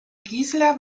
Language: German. gisela